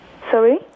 Sorry